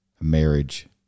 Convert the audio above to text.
marriage